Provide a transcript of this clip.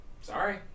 Sorry